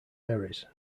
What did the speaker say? aires